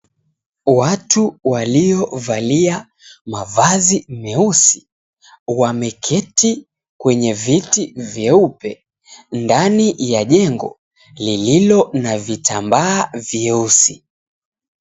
Watu waliovalia mavazi meusi wameketi kwenye viti vyeupe, ndani ya njengo lililo na vitambaa vyeusi.